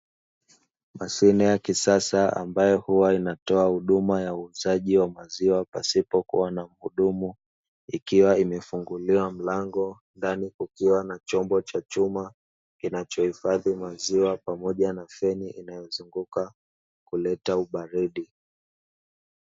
Mashine ya kisasa ambayo huwa inatoa huduma ya uuzaji wa maziwa pasipokua na mhudumu. Ikiwa imefunguliwa mlango, ndani kukiwa na chombo cha chuma kinachohufadhi maziwa, pamoja na feni inayozunguka kuleta ubaridi.